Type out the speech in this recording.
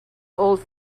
old